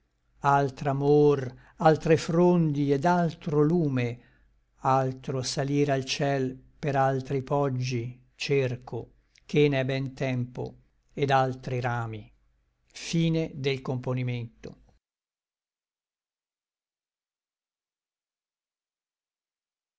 frondi altr'amor altre frondi et altro lume altro salir al ciel per altri poggi cerco ché n'é ben tempo et altri rami